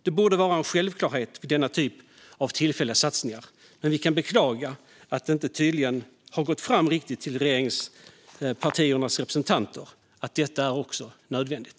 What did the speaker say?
Det borde vara en självklarhet vid denna typ av tillfälliga satsningar. Vi kan beklaga att det tydligen inte riktigt har gått fram till regeringspartiernas representanter att detta också är nödvändigt.